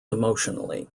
emotionally